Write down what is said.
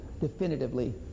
definitively